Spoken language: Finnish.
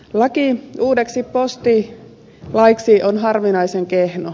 laki uudeksi postilaiksi on harvinaisen kehno